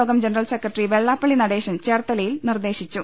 യോഗം general secretary Vellappally Natesan ചേർത്തലയിൽ നിർദ്ദേശിച്ചു